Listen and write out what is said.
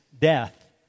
death